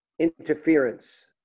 interference